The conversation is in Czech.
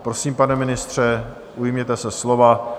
Prosím, pane ministře, ujměte se slova.